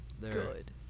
Good